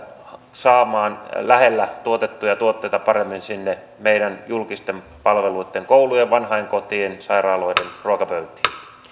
saamaan lähellä tuotettuja tuotteita paremmin sinne meidän julkisten palveluitten koulujen vanhainkotien sairaaloiden ruokapöytiin